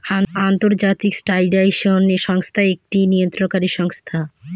আন্তর্জাতিক স্ট্যান্ডার্ডাইজেশন সংস্থা একটি নিয়ন্ত্রণকারী সংস্থা